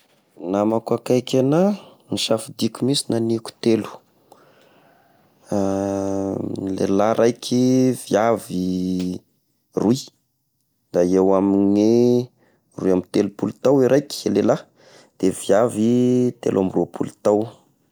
Namako akaiky agna, nisafidiko mihisy niagniko telo, lehilahy raiky, viavy roy, da eo amin'ny roy amby telopolo tao iraiky lehilahy, de viavy telo amby rôpolo tao.